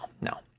no